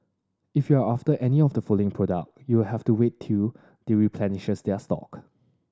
if you're after any of the following product you'll have to wait till they replenish their stock